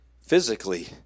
physically